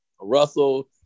Russell